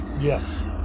yes